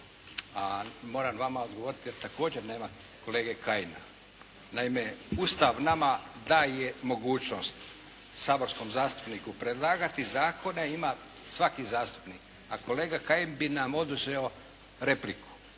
moram vama odgovoriti jer također nema kolege Kajina. Naime Ustav nama daje mogućnost, saborskom zastupniku, predlagati zakone ima svaki zastupnik, a kolega Kajin bi nam oduzeo repliku.